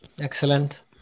excellent